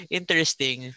interesting